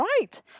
right